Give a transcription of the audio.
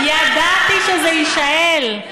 ידעתי שזה יישאל.